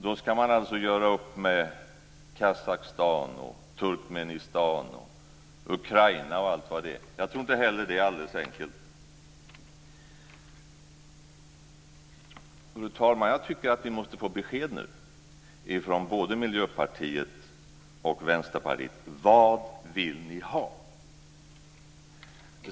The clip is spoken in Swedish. Då ska man alltså göra upp med Kazakstan, Turkmenistan, Ukraina osv. Jag tror inte heller att detta är alldeles enkelt. Fru talman! Jag tycker att vi måste få besked nu från både Miljöpartiet och Vänsterpartiet: Vad vill ni ha?